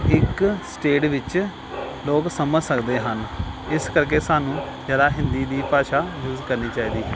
ਇੱਕ ਸਟੇਟ ਵਿੱਚ ਲੋਕ ਸਮਝ ਸਕਦੇ ਹਨ ਇਸ ਕਰਕੇ ਸਾਨੂੰ ਜ਼ਿਆਦਾ ਹਿੰਦੀ ਦੀ ਭਾਸ਼ਾ ਯੂਜ ਕਰਨੀ ਚਾਹੀਦੀ ਹੈ